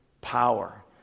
power